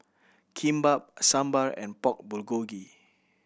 Kimbap Sambar and Pork Bulgogi